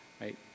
right